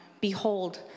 behold